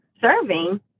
serving